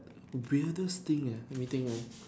weirdest thing ah let me think ah